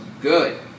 good